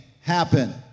happen